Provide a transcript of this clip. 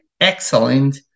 excellent